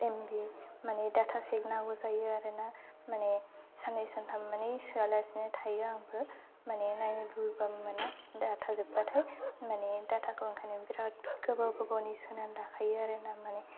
M B माने data pack नांगौ जायो आरो ना माने साननै सानथाम माने सोआलासिनो थायो आंबो माने नायनो लुबैबाबो मोना डाटा जोबबाथाय माने डाटाखौ ओंखायनो बिरात गोबाव गोबावनि सोनानै लाखायो आरो माने